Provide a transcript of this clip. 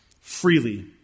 freely